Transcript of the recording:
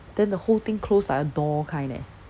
then the whole thing close like a door kind eh